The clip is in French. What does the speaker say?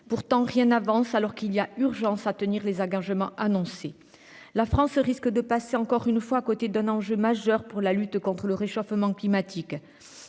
pourtant, rien n'avance, alors qu'il y a urgence à tenir les engagements annoncés. La France risque de passer encore une fois à côté d'un enjeu majeur pour la lutte contre le réchauffement climatique.